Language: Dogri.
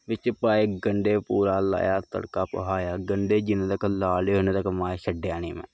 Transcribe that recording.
बिच्च पाए गंढे पूरा लाया तड़का भखाया गंढे जिन्ने तक लाल निं होए उन्ने तक में छड्डेआ निं उन्ने माए में